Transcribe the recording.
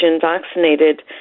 vaccinated